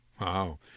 Wow